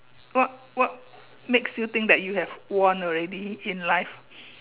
what what makes you think that you have won already in life